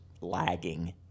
lagging